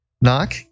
Knock